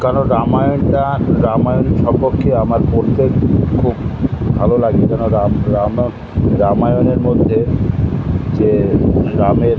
কেন রামায়ণটা রামায়ণ সম্পর্কে আমার পড়তে খুব ভালো লাগে কেন রামায়ণের মধ্যে যে রামের